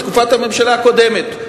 בתקופת הממשלה הקודמת,